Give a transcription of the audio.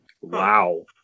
Wow